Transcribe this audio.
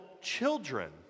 children